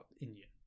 Indian